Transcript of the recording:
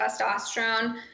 testosterone